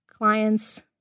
clients